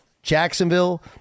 Jacksonville